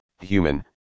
human